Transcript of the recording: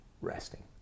resting